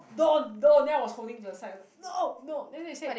don't don't then I was holding to the side I was like no no then they said